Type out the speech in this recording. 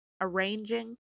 arranging